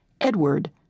Edward